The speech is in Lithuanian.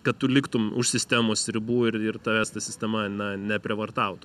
kad tu liktum už sistemos ribų ir ir tavęs ta sistema na neprievartautų